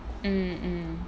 mm mm